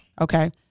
Okay